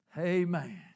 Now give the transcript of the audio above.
Amen